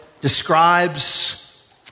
describes